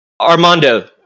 Armando